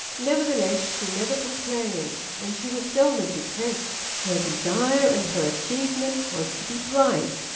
nevertheless she never complained, and she was seldom depressed. her desire, and her achievement, was to be bright,